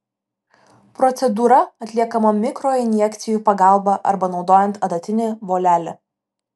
procedūra atliekama mikroinjekcijų pagalba arba naudojant adatinį volelį